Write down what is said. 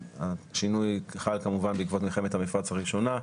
השינוי חל כמובן בעקבות מלחמת המפרץ הראשונה,